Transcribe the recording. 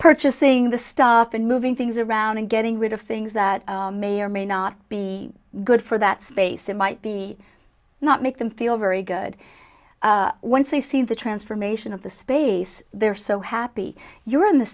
purchasing the stuff and moving things around and getting rid of things that may or may not be good for that space it might be not make them feel very good once they see the transformation of the space they're so happy you're in th